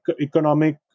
economic